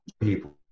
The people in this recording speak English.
people